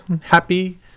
happy